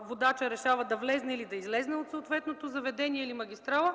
водачът решава да влезе или да излезе от съответното заведение или магистрала,